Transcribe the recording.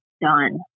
done